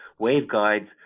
waveguides